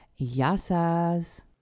Yasas